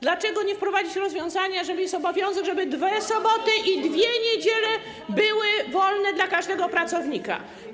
Dlaczego nie wprowadzić rozwiązania - jeżeli jest obowiązek - żeby dwie soboty i dwie niedziele były wolne dla każdego pracownika?